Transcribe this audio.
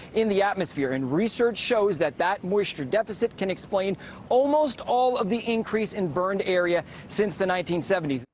in the atmosphere and research shows that that moisture deficit can explain almost all of the increase in burned area since the nineteen seventy s.